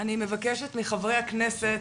אני מבקשת מחברי הכנסת,